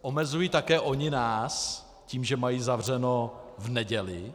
Omezují také oni nás tím, že mají zavřeno v neděli?